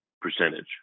percentage